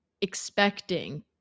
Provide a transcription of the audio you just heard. expecting